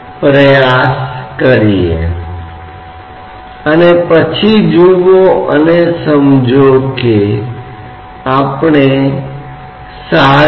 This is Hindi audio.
इसलिए हम इस स्थिति को न केवल स्थिरता के तहत तरल पदार्थ बल्कि कठोर निकाय गति के तहत भी पहचानते हैं